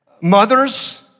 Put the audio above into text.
Mothers